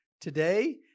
today